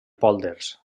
pòlders